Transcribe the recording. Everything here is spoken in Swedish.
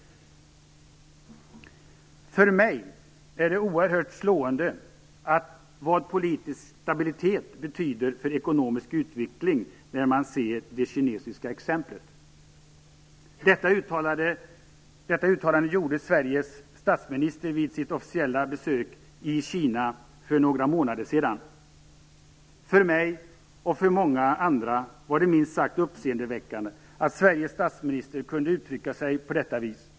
Detta uttalande gjorde Sveriges statsminister vid sitt officiella besök i Kina för några månader sedan: För mig är det oerhört slående vad politisk stabilitet betyder för ekonomisk utveckling när man ser det kinesiska exemplet. För mig och för många andra var det minst sagt uppseendeväckande att Sveriges statsminister kunde uttrycka sig på detta vis.